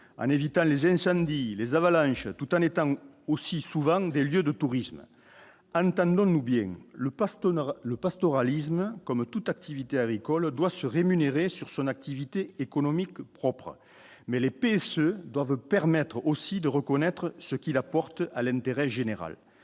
en évitant les incendies les avalanches, tout en étant aussi souvent des lieux de tourisme, entendons-nous bien : le passent au nord le pastoralisme, comme toute activité agricole doit se rémunérer sur son activité économique propre mais l'épée se doivent permettre aussi de reconnaître ce qu'il apporte à l'intérêt général,